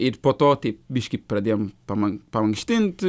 ir po to taip biškį pradėjom paman pamankštinti